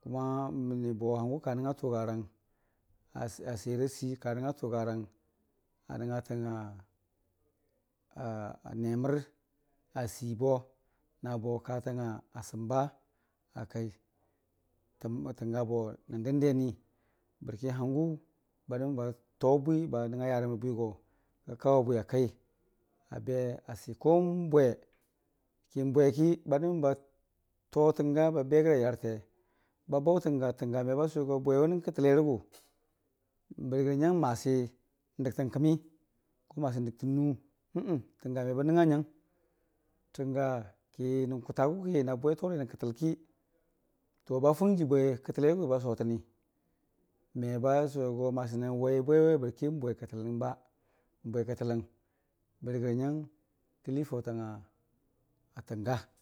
Mə- Məniibo n'hangʊ kanəng nga tʊgarang a swiyer a sii ka nəngnga tʊgarənga nəngngə təng a a neməra siibo nabo kjatang a səmba akai təng- təngəbo nən dəndeni bərkən hangʊ badə mən ba too bwi ba nəngnga yarəm rə bwigo kika kawebwi a kai abe asi n'bwe ki ba dəmən a to tənga babe gəra yarte, ba baʊ tənga tənga meba sʊwego bwewʊ nən kətəlerəgʊ bərigərə nyang masi n'dəktən kəmi masi n'dəktən nu tənga mebə nəngnga nyang. Tənga ki nən kʊtag ki na bwetor nən kətəl ki ba fʊng jii bwe kətə lerəgʊ base təni meba sʊwego masi nan we bwewe bərki n'bwekətəl, n'bwekətələn bərigəra nyang kən lii faʊtang a tənga.